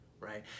Right